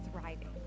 thriving